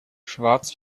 schwarz